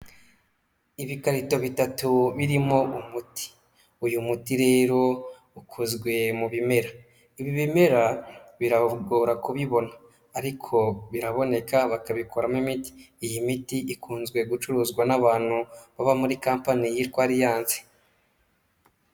Ibikarito bitatu birimo umuti, uyu muti rero ukozwe mu bimera, ibi bimera biragora kubibona, ariko biraboneka bakabikoramo imiti, iyi miti ikunze gucuruzwa n'abantu baba muri kampani yitwa Alliance.